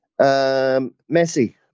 Messi